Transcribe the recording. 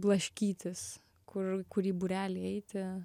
blaškytis kur kurį būrelį eiti